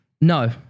no